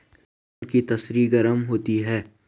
लहसुन की तासीर गर्म होती है